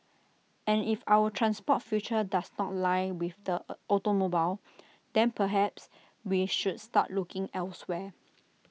and if our transport future does not lie with the A automobile then perhaps we should start looking elsewhere